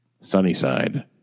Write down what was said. Sunnyside